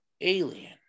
alien